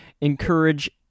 encourage